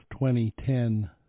2010